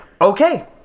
Okay